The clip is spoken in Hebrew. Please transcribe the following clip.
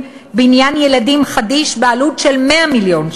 בניין מחלקת ילדים חדיש בעלות של 100 מיליון שקל.